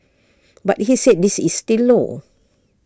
but he said this is still low